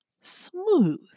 smooth